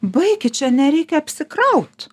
baikit čia nereikia apsikraut